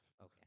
Okay